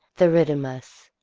theridamas,